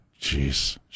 jeez